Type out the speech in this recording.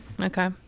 Okay